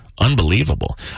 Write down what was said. Unbelievable